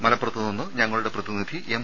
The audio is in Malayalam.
മലപ്പുറത്തുനിന്ന് ഞങ്ങളുടെ പ്രതിനിധി എം